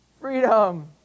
Freedom